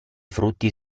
frutti